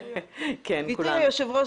גבירתי היושבת-ראש,